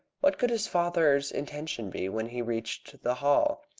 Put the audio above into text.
what could his father's intention be when he reached the hall?